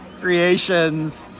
Creations